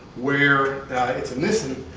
where it's nissan.